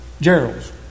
Gerald's